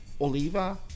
Oliva